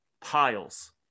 piles